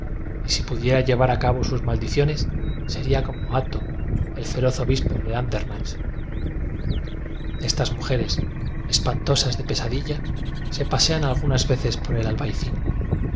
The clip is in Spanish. y si pu diera llevar a cabo sus maldiciones sería como hatío el feroz obispo de andernach estas mujeres espantosas de pesadilla se pasean algunas veces por el albayzín